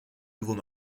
nouveau